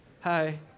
Hi